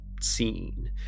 seen